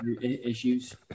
Issues